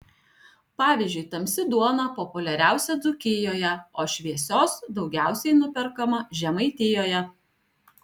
pavyzdžiui tamsi duona populiariausia dzūkijoje o šviesios daugiausiai nuperkama žemaitijoje